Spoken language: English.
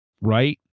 right